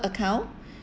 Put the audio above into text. account